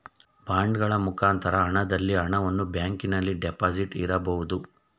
ಬಾಂಡಗಳ ಮುಖಾಂತರ ಹಣದಲ್ಲಿ ಹಣವನ್ನು ಬ್ಯಾಂಕಿನಲ್ಲಿ ಡೆಪಾಸಿಟ್ ಇರಬಹುದು